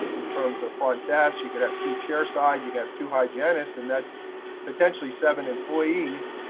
um in terms of front desk you could have two chair side you have two hygienists. and, that's potentially seven employees.